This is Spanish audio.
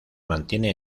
mantiene